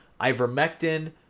ivermectin